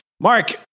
mark